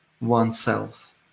oneself